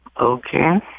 Okay